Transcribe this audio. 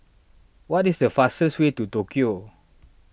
what is the fastest way to Tokyo